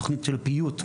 תוכנית של פיוט בגנים,